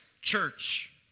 church